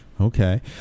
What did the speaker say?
okay